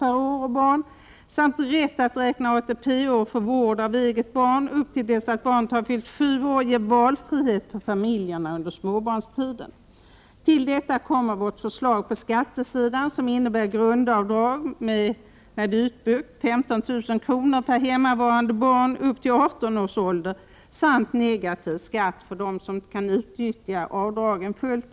per år och barn samt rätt att räkna ATP-år för vård av eget barn upp till dess att barnet har fyllt sju år ger valfrihet för familjerna under hela småbarnstiden. Till detta kommer vårt förslag på skattesidan som innebär grundavdrag med 15 000 kr. per hemmavarande barn upp till 18 års ålder samt ”negativ skatt” för dem som inte kan utnyttja avdragen fullt ut.